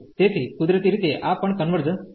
તેથી કુદરતી રીતે આ પણ કન્વર્જન્સ થાય છે